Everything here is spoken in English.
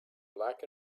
black